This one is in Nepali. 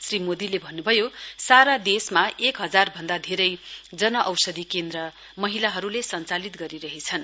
श्री मोदीले भन्नुभयो सारा देशमा एक हजार भन्दा धेरै जन औषधी केन्द्र महिलाहरूले सञ्चालित गरिरहेछन्